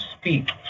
speak